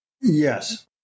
Yes